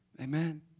Amen